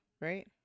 right